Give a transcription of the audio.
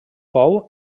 pou